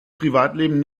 privatleben